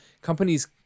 companies